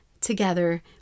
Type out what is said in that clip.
together